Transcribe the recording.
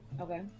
Okay